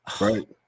right